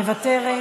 מוותרת,